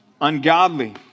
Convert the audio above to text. Ungodly